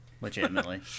legitimately